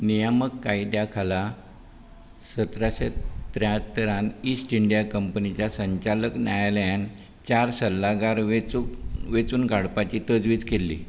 नियामक कायद्या खाला सतराशें त्रात्तरांत इस्ट इंडिया कंपनीच्या संचालक न्यायालयान चार सल्लागार वेंचून वेचून काडपाची तजवीज केल्ली